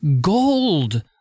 gold